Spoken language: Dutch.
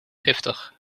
giftig